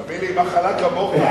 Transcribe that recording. תאמין לי, מחלה כמוך,